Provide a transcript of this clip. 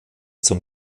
zum